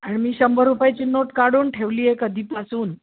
आणि मी शंभर रुपयाची नोट काढून ठेवली आहे कधीपासून